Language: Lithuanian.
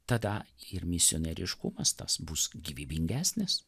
tada ir misionieriškumas tas bus gyvybingesnis